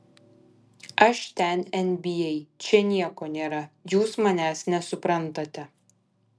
aš ten nba čia nieko nėra jūs manęs nesuprantate